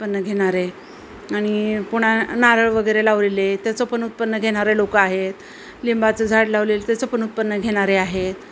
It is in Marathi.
उत्पन्न घेणारे आणि पुन्हा नारळ वगैरे लावलेले आहेत त्याचं पण उत्पन्न घेणारे लोक आहेत लिंबाचं झाड लावलेलं त्याचं पण उत्पन्न घेणारे आहेत